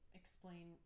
explain